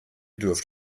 dürft